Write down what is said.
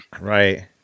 Right